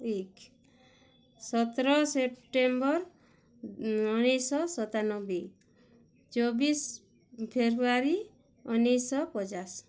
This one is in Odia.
ଏକ ସତର ସେପ୍ଟେମ୍ବର ଉଣେଇଶି ଶହ ସତାନବେ ଚବିଶି ଫେବୃୟାରୀ ଉଣେଇଶି ଶହ ପଚାଶ